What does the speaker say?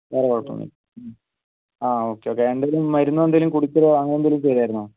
വേറെ കുഴപ്പമൊന്നുമില്ല ആ ഓക്കെ വേറെ എന്തേലും മരുന്ന് എന്തേലും കുടിച്ചതോ അങ്ങനെ എന്തേലും ചെയ്തായിരുന്നോ